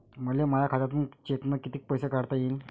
मले माया खात्यातून चेकनं कितीक पैसे काढता येईन?